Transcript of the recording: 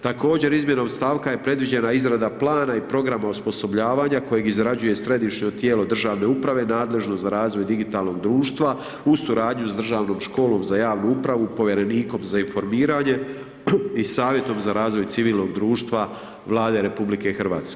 Također izmjenom stavka je predviđena izrada lana i programa osposobljavanja koje izrađuje središnje tijelo državne uprave, nadležno za razvoj digitalnog društva u suradnjom s državnom školom za javnu upravu, povjerenikom za informiranje i savjetom za razvoj civilnog društva Vlade RH.